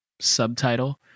subtitle